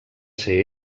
ser